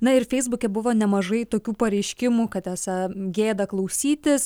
na ir feisbuke buvo nemažai tokių pareiškimų kad esą gėda klausytis